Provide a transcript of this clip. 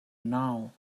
now